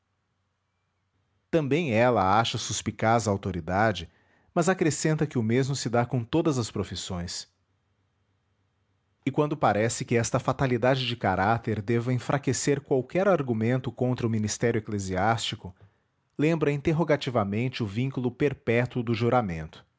também ela acha suspicaz a autoridade mas acrescenta que o mesmo se dá com todas as profissões e quando parece que esta fatalidade de caráter deva enfraquecer qualquer argumento contra o ministério eclesiástico lembra interrogativamente o vínculo perpétuo do juramento